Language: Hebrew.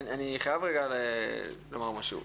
אני חייב לומר משהו.